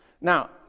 Now